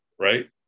right